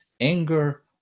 anger